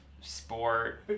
Sport